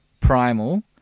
Primal